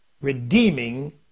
Redeeming